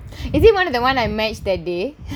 the [one] I match that day